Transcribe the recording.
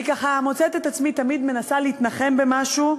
אני ככה מוצאת את עצמי תמיד מנסה להתנחם במשהו,